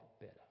better